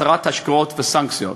הסרת השקעות וסנקציות,